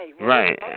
Right